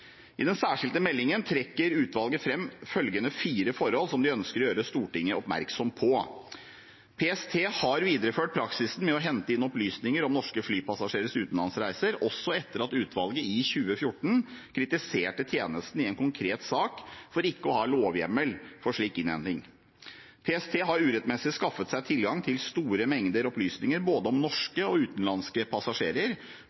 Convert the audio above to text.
I den særskilte meldingen trekker EOS-utvalget fram følgende fire forhold som de ønsker å gjøre Stortinget oppmerksom på: PST har videreført praksisen med å hente inn opplysninger om norske flypassasjerers utenlandsreiser, også etter at utvalget i 2014 kritiserte tjenesten i en konkret sak for ikke å ha lovhjemmel for slik innhenting. PST har urettmessig skaffet seg tilgang til store mengder opplysninger, både om